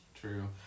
True